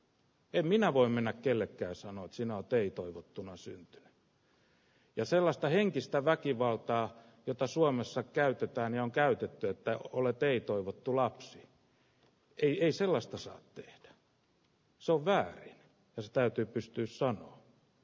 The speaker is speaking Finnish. en minä voi mennä kellekään saanut sinut ei toivottuna syntyvän jo sellaista henkistä väkivaltaa jota suomessa käytetään on käytetty että olet ei toivottu lapsi piirissä lasta saa tehdä suoraan jos täytyy pystyy sanoo